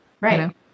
Right